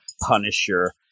Punisher